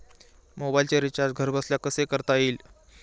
मोबाइलचे रिचार्ज घरबसल्या कसे करता येईल?